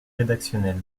rédactionnel